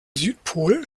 südpol